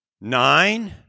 nine